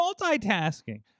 multitasking